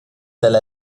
dalla